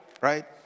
right